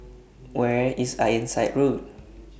Where IS Ironside Road